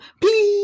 please